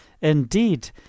Indeed